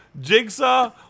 Jigsaw